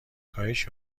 کاهش